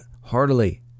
heartily